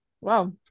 Wow